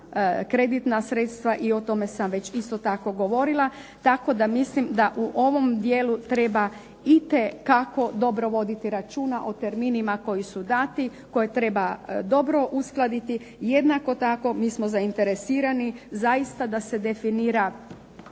kreditna sredstva i o tome sam već isto tako govorila, tako da mislim da u ovom dijelu treba itekako dobro voditi računa o terminima koji su dati, koje treba dobro uskladiti, jednako tako mi smo zainteresirani zaista da se definira